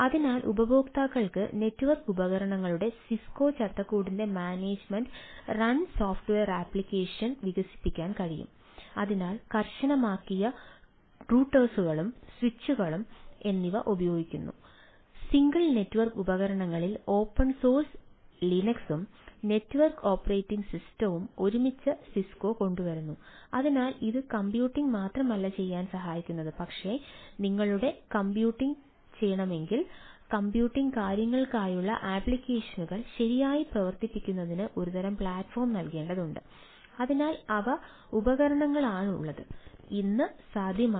അതിനാൽ ഉപയോക്താക്കൾക്ക് നെറ്റ്വർക്ക് വ്യത്യസ്ത ലെയറിന്റെ അരികുകളിലേക്ക് വിഭവങ്ങൾ ലഭ്യമാണ്